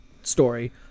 story